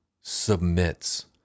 submits